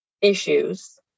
issues